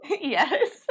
Yes